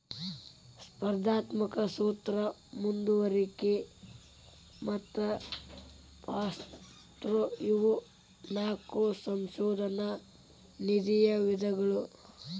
ಸ್ಪರ್ಧಾತ್ಮಕ ಸೂತ್ರ ಮುಂದುವರಿಕೆ ಮತ್ತ ಪಾಸ್ಥ್ರೂ ಇವು ನಾಕು ಸಂಶೋಧನಾ ನಿಧಿಯ ವಿಧಗಳು